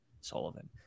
Sullivan